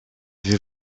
vais